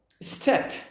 step